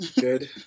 good